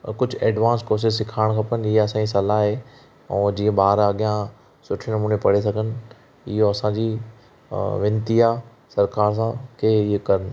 कुझु advance courses सेखारणु खपनि इहा असां जी सलाह आहे ऐं जीअं ॿार अॻियां सुठे नमूने पढ़ी सघनि इहो असां जी वेनिती आहे सरकार सां कि ही कनि